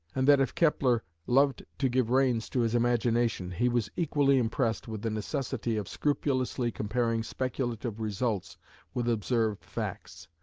and that if kepler loved to give reins to his imagination he was equally impressed with the necessity of scrupulously comparing speculative results with observed facts,